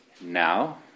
now